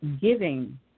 giving